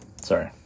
Sorry